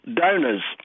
donors